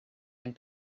and